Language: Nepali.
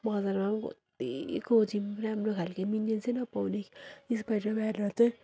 बजारमा पनि कत्ति खोज्यौँ राम्रो खालको मिन्यन्ससै नपाउने स्पाइडरम्यानहरू चाहिँ